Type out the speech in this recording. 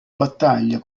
battaglia